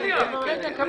אין אושר.